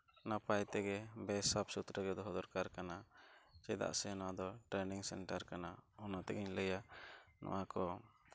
ᱱᱟᱯᱟᱭ ᱛᱮᱜᱮ ᱵᱮᱥ ᱥᱟᱯᱷᱼᱥᱩᱛᱨᱟᱹᱜᱮ ᱫᱚᱦᱚ ᱫᱚᱨᱠᱟᱨ ᱠᱟᱱᱟ ᱪᱮᱫᱟᱜ ᱥᱮ ᱱᱚᱣᱟ ᱫᱚ ᱴᱨᱮᱱᱤᱝ ᱥᱮᱱᱴᱟᱨ ᱠᱟᱱᱟ ᱚᱱᱟᱛᱮᱜᱤᱧ ᱞᱟᱹᱭᱟ ᱱᱚᱣᱟ ᱠᱚ